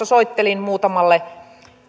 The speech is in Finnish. soittelin muutamalle